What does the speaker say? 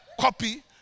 copy